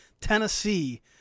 Tennessee